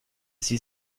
sie